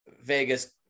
Vegas